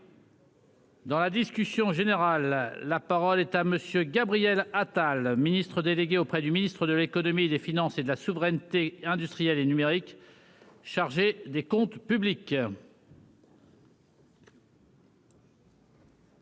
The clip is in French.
Dans la discussion générale, la parole est à monsieur Gabriel Attal Ministre délégué auprès du ministre de l'Économie et des finances et de la souveraineté industrielle et numérique chargé des comptes publics.